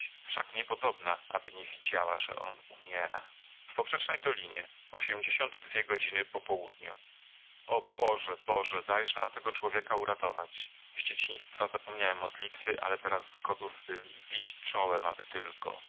wszak niepodobna aby nie widziała że on umiera o boże boże dajże nam tego człowieka uratować z dzieciństwa zapomniałem modlitwy ale teraz gotówbym bić czołem aby tylko